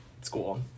school